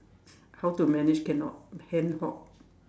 how to manage cannot hand hot